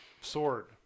sword